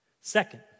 Second